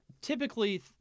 typically